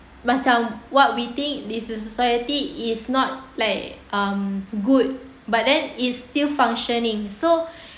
macam what we think is a society it's not like um good but then it's still functioning so